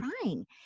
trying